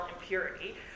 impurity